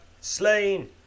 slain